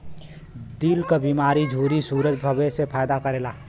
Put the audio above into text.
दिल क बीमारी झुर्री सूगर सबे मे फायदा करेला